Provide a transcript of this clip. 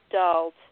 adult